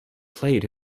played